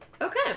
Okay